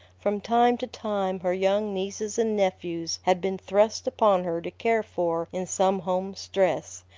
from time to time her young nieces and nephews had been thrust upon her to care for in some home stress,